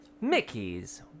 Mickey's